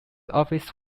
office